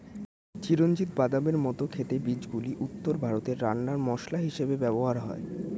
চিরঞ্জিত বাদামের মত খেতে বীজগুলি উত্তর ভারতে রান্নার মসলা হিসেবে ব্যবহার হয়